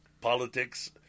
politics